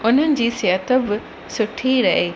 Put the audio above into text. उन्हनि जी सिहत बि सुठी रहे